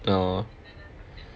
oh